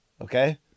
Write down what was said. okay